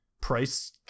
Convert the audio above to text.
price